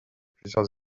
plusieurs